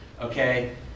okay